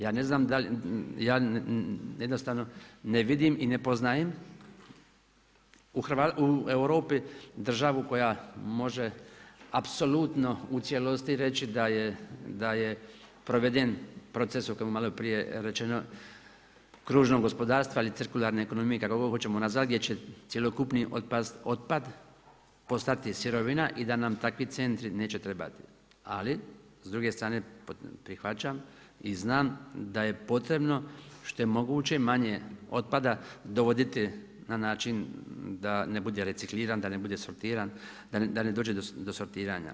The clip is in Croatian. Ja jednostavno ne vidim i ne poznajem u Europi državu koja može apsolutno u cijelosti reći da je proveden proces o kojem je malo prije rečeno, kružno gospodarstva ili cirkularne ekonomije, kako god hoćemo, na zadnje će cjelokupni otpad postati sirovina i da nam takvi centri neće trebati, ali s druge strane prihvaćam i znam da je potrebno što je moguće manje otpada dovoditi na način da ne bude recikliran, da ne bude sortiran, da ne dođe do sortiranja.